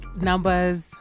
numbers